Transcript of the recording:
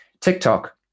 TikTok